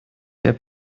der